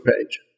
page